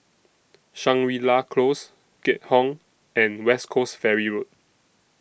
Shangri La Close Keat Hong and West Coast Ferry Road